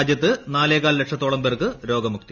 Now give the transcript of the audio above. രാജ്യത്ത് നാലേകാൽ ലക്ഷത്തോളം പേർക്ക് രോഗമുക്തി